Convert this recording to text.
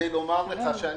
לומר שאני